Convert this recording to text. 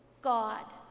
God